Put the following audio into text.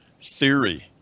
theory